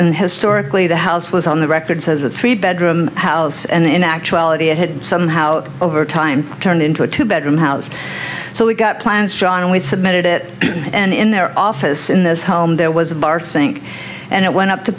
and historically the house was on the record says a three bedroom house and in actuality it had somehow over time turned into a two bedroom house so we got plans john and we submitted it and in their office in this home there was a bar sink and it went up to